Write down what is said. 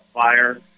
fire